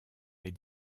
les